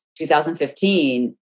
2015